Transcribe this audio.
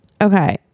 okay